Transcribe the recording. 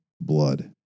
blood